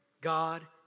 God